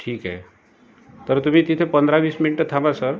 ठीक आहे तर तुम्ही तिथे पंधरा वीस मिनिटं थांबा सर